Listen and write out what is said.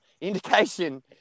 Indication